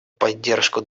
поддержку